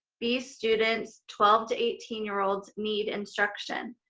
these students, twelve to eighteen year olds, need instruction.